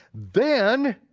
then,